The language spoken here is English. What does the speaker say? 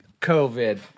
COVID